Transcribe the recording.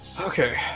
Okay